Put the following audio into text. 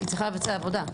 היא צריכה לבצע עבודה.